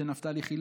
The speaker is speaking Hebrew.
שנפתלי חילץ.